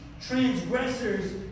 transgressors